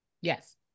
Yes